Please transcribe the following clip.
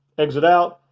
exit out.